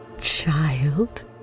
child